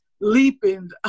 leaping